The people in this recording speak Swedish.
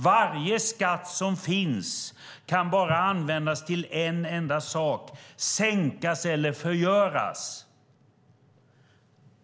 Varje skatt som finns kan bara användas till en enda sak - sänkas eller förgöras.